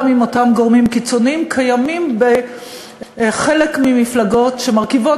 גם אם אותם גורמים קיצוניים קיימים בחלק מהמפלגות שמרכיבות